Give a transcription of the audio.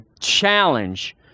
challenge